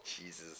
Jesus